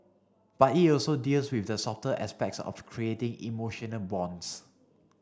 but it also deals with the softer aspects of creating emotional bonds